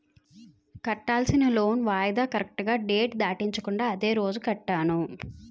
కట్టాల్సిన లోన్ వాయిదా కరెక్టుగా డేట్ దాటించకుండా అదే రోజు కట్టాను